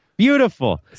Beautiful